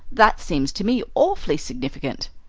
that seems to me awfully significant.